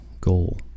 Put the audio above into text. goal